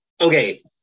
okay